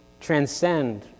transcend